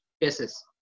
cases